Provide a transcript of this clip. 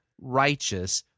righteous